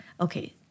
okay